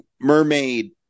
Mermaid